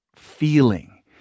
feeling